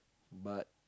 but